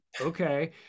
okay